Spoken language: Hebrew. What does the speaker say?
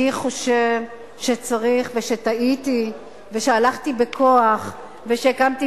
אני חושב שצריך ושטעיתי ושהלכתי בכוח ושהקמתי